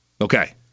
Okay